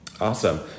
Awesome